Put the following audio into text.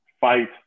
fight